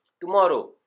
tomorrow